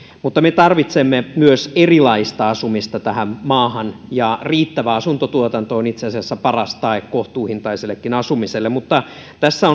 mutta me tarvitsemme myös erilaista asumista tähän maahan ja riittävä asuntotuotanto on itse asiassa paras tae kohtuuhintaisellekin asumiselle tässä